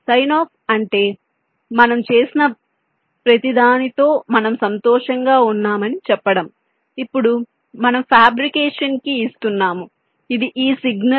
sign off అంటే మనము చేసిన ప్రతిదానితో మనము సంతోషంగా ఉన్నామని చెప్పడం ఇప్పుడు మనం ఫ్యాబ్రికేషన్ కి ఇస్తున్నాము ఇది ఈ సిగ్నల్